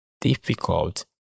difficult